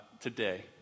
today